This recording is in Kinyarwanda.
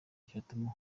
cyatuma